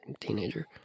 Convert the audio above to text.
teenager